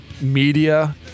media